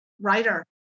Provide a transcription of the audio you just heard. writer